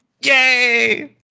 yay